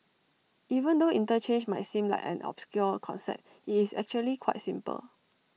even though interchange might seem like an obscure concept IT is actually quite simple